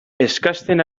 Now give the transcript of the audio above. eskasten